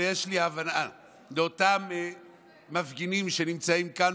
אלא יש לי הבנה לאותם מפגינים שנמצאים כאן